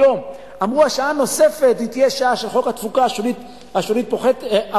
אפשר לפתוח את בתי-הספר לחוגים,